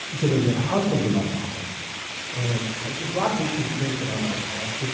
you say that your husband's an alcoholic and like there's lots of people who drink that aren't alcoholic,